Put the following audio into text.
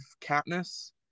Katniss